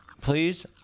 Please